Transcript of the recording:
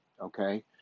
Okay